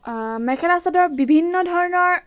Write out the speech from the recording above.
মেখেলা চাদৰ বিভিন্ন ধৰণৰ